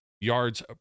yards